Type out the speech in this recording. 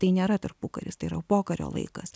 tai nėra tarpukaris tai yra pokario laikas